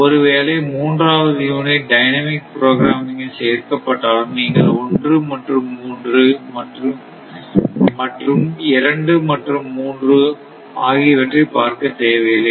ஒருவேளை 3 வது unit dynamic ப்ரோக்ராமில் சேர்க்கப்பட்டாலும் நீங்கள் 1 மற்றும் 3 மற்றும் 2 மற்றும் 3 ஆகியவற்றை பார்க்கத் தேவையில்லை